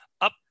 up